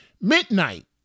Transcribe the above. Midnight